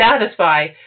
satisfy